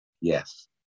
Yes